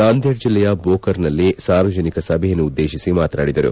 ನಾಂದೇಡ್ ಜಿಲ್ಲೆಯ ಬೋಕರ್ನಲ್ಲಿ ಸಾರ್ವಜನಿಕ ಸಭೆಯನ್ನುದ್ದೇಶಿಸಿ ಮಾತನಾಡಿದರು